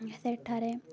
ସେଠାରେ